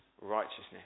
righteousness